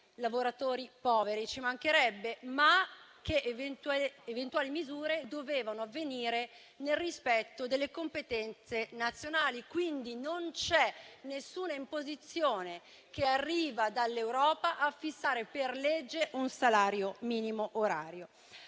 lavoratori poveri, ci mancherebbe, ma aggiungendo che eventuali misure dovevano espletarsi nel rispetto delle competenze nazionali, quindi non c'è nessuna imposizione che arriva dall'Europa a fissare per legge un salario minimo orario.